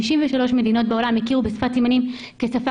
53 מדינות בעולם הכירו בשפת הסימנים כשפה